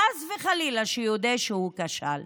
חס וחלילה שיודה שהוא כשל.